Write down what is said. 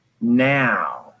Now